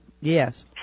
Yes